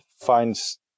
finds